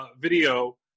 video